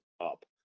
up